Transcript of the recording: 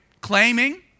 claiming